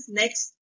next